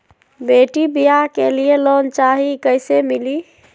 बेटी ब्याह के लिए लोन चाही, कैसे मिली?